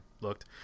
looked